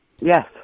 Yes